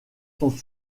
sont